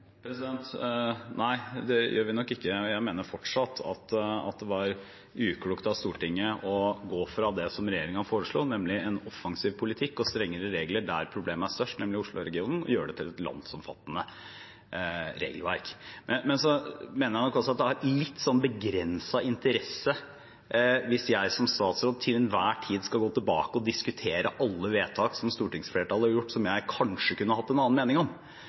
Nei, det gjør vi nok ikke. Jeg mener fortsatt at det var uklokt av Stortinget å gå fra det som regjeringen foreslo, nemlig en offensiv politikk og strengere regler der problemet var størst, nemlig i Oslo-regionen, og gjøre det til et landsomfattende regelverk. Jeg mener at det har litt begrenset interesse hvis jeg som statsråd til enhver tid skal gå tilbake og diskutere alle vedtak som stortingsflertallet har gjort som jeg kanskje kunne hatt en annen mening om.